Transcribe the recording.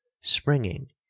springing